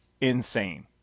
insane